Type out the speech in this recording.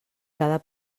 cada